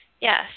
Yes